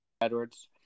Edwards